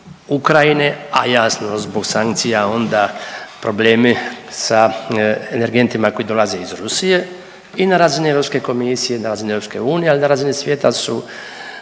Ukrajine, a jasno zbog sankcija onda problemi sa energentima koji dolaze iz Rusije i na razini Europske komisije, na razini EU, ali na razini svijeta su